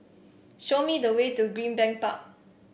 show me the way to Greenbank Park